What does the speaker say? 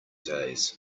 days